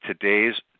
today's